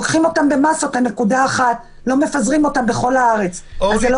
לוקחים אותם במסות לנקודה אחת ולא מפזרים בכל ארץ.